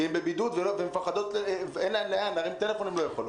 כי הן בבידוד ואין להן לאן להרים טלפון הן לא יכולות.